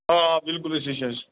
آ آ بِلکُل أسی چھِ حظ